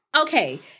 okay